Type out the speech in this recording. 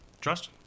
Trust